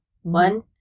one